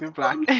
and black?